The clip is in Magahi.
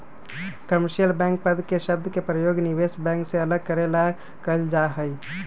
कमर्शियल बैंक पद के शब्द के प्रयोग निवेश बैंक से अलग करे ला कइल जा हई